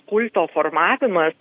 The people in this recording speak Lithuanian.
kulto formavimas